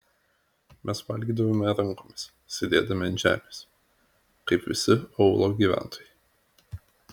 mes valgydavome rankomis sėdėdami ant žemės kaip visi aūlo gyventojai